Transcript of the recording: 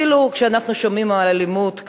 אפילו כשאנחנו שומעים על אלימות קשה,